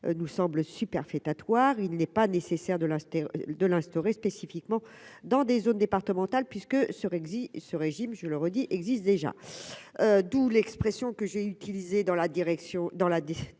nous semble superfétatoire, il n'est pas nécessaire de la, de l'instaurer spécifiquement dans des zones départementale puisque sur exit ce régime, je le redis existent déjà, d'où l'expression que j'ai utilisé dans la direction